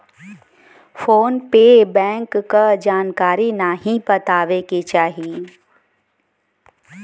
phone पे bank क जानकारी नाहीं बतावे के चाही